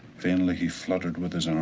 vainly he fluttered with his